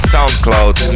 Soundcloud